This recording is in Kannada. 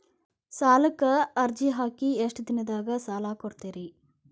ಸಾಲಕ ಅರ್ಜಿ ಹಾಕಿ ಎಷ್ಟು ದಿನದಾಗ ಸಾಲ ಕೊಡ್ತೇರಿ?